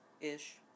Ish